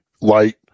light